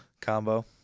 Combo